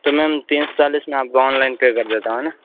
तो मेम तीन सौ चालीस में आपको अनलाइन पे कर देता हूँ है ना